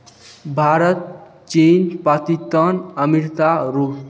Bharat Cheen Pakistan America रूस